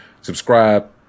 Subscribe